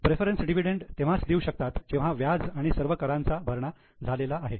preference dividend तेव्हाच देऊ शकतात जेव्हा व्याज आणि सर्व करांचा भरणा झाला आहे